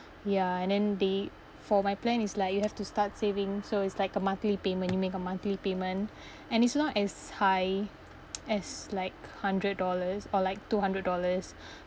ya and then date for my plan is like you have to start saving so it's like a monthly payment you make a monthly payment and it's not as high as like hundred dollars or like two hundred dollars